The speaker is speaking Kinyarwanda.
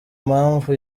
mpamvu